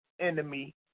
enemy